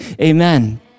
amen